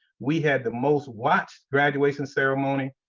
we had the most watched graduation ceremony,